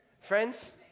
Friends